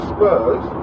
Spurs